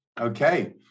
Okay